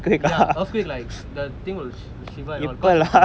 earthquake like the thing will shiver and all